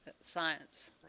science